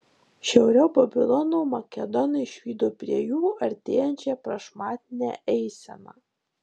šiauriau babilono makedonai išvydo prie jų artėjančią prašmatnią eiseną